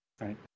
Right